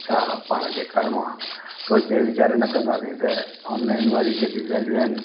छा पाण खे करिणो आहे सोचे वीचारे न कंदासीं त ऑनलाइन वारियूं जे के ॻाल्हियूं आहिनि